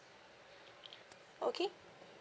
okay